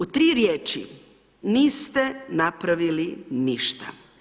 U tri riječi, niste napravili ništa.